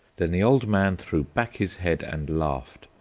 then the old man threw back his head and laughed,